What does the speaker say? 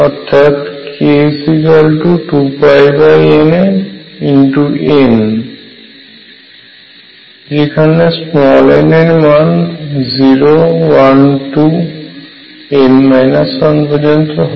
অর্থাৎ k2πNan যেখানে n এর মান 01 2 পর্যন্ত হয়